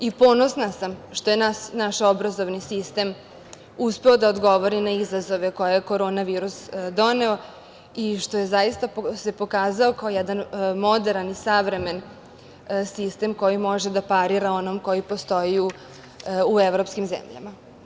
Ponosna sam što je naš obrazovani sistem uspeo da odgovori na izazove koje je Korona virus doneo i što se, zaista, pokazao kao jedan moderan, savremen sistem koji može da parira onom koji postoji u evropskim zemljama.